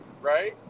Right